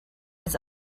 his